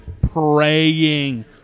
praying